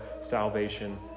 salvation